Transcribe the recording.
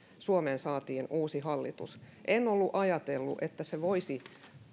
suomeen saatiin uusi hallitus en ollut ajatellut että se voisi